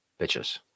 bitches